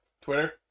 Twitter